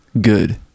Good